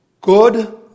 good